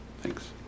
Thanks